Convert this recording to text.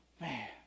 man